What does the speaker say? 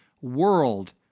world